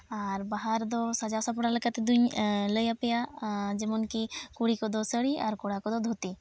ᱟᱨ ᱵᱟᱦᱟ ᱨᱮᱫᱚ ᱥᱟᱡᱟᱣ ᱥᱟᱯᱲᱟᱣ ᱞᱮᱠᱟ ᱛᱮᱫᱚᱧ ᱞᱟᱹᱭᱟᱯᱮᱭᱟ ᱡᱮᱢᱚᱱ ᱠᱤ ᱠᱩᱲᱤ ᱠᱚᱫᱚ ᱥᱟᱹᱲᱤ ᱟᱨ ᱠᱚᱲᱟ ᱠᱚᱫᱚ ᱫᱷᱩᱛᱤ